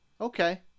okay